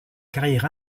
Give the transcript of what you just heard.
carrière